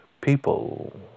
people